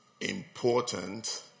important